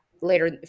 later